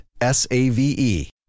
S-A-V-E